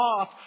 off